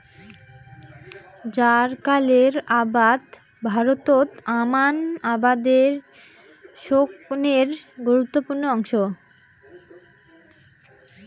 জ্বারকালের আবাদ ভারতত আমান আবাদের জোখনের গুরুত্বপূর্ণ অংশ